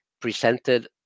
presented